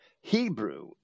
Hebrew